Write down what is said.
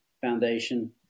Foundation